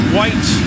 White